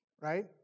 Right